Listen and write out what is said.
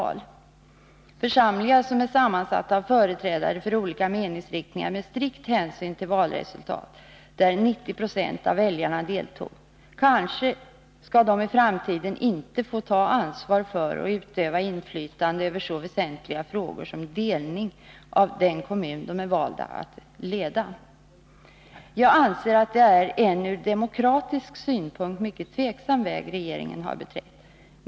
Skall församlingar — sammansatta av företrädare för olika meningsriktningar varvid strikt hänsyn tagits till val där 90 26 av väljarna deltagit — i framtiden inte få ta ansvar för och utöva inflytande över så väsentliga frågor som delning äv den kommun de är valda att leda? Jag anser att det är en ur demokratisk synpunkt mycket tvivelaktig väg som regeringen har beträtt.